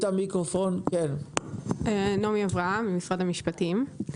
נעמי אברהם, משרד המשפטים.